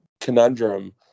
conundrum